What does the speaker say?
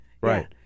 Right